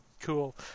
Cool